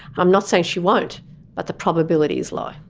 i'm not saying she won't but the probability is low.